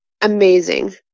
amazing